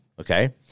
Okay